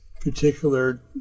particular